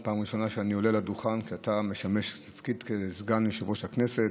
זו פעם ראשונה שאני עולה לדוכן כשאתה משמש בתפקיד סגן יושב-ראש הכנסת.